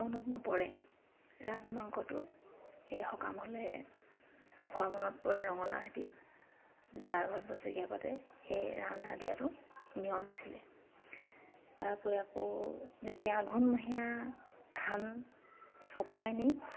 মনত নপৰে ৰাজহাঁহ মাংসটো সেই সকামলৈহে খোৱা মনত পৰে ৰঙলাওৰ সৈতে যাৰ ঘৰত বছৰেকীয়া পাতে সেই ৰাজহাঁহ দিয়াটো নিয়ম আছিলে তাৰ উপৰি আকৌ যেতিয়া আঘোণমহীয়া ধান চপাই আনি